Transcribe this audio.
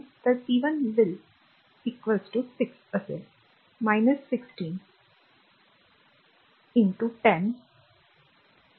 तर p 1 will 6 असेल 16 10